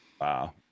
Wow